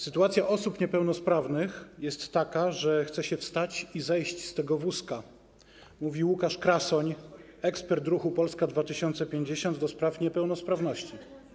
Sytuacja osób niepełnosprawnych jest taka, że chce się wstać i zejść z tego wózka - mówi Łukasz Krasoń, ekspert ruchu Polska 2050 do spraw niepełnosprawności.